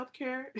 healthcare